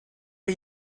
are